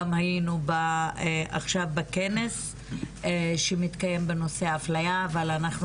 גם היינו עכשיו בכנס שמתקיים בנושא אפליה אבל אנחנו